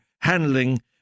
handling